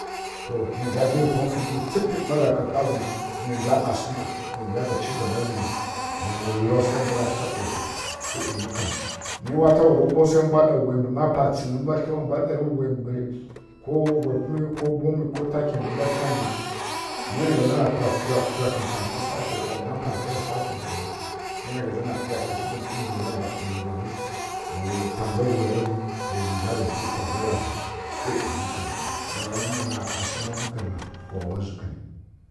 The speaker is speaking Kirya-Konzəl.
Nǝ nja dǝri pa funǝ cipǝ ma ghari kavǝ na nja ma ghǝma nja cigaba nǝ lasi swa mbwa tlǝgha kwa ghu mǝ tawari swari mbwa ɗa wuyi mbǝ swa ɓǝ ngga tsǝnǝ ko wuyi kumi ko bomǝ nǝ mbwǝ za tlǝgha nǝ na mǝ nǝ gha za na kulaghi kulaghi wa patǝghi sǝmǝ kwa ghu nǝ gha za na mbughaki wa tlǝɓǝ bulari pa nja wuyiri nja puri pa gha wyi ghari hyi mǝkǝn swara nuw na ma mǝkǝna wa waji kǝni